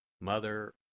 Mother